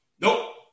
Nope